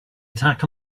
attack